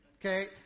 Okay